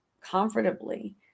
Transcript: comfortably